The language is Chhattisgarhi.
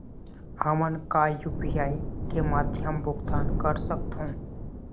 हमन का यू.पी.आई के माध्यम भुगतान कर सकथों?